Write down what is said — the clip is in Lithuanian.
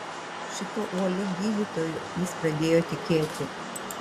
šituo uoliu gydytoju jis pradėjo tikėti